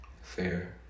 Fair